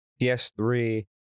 PS3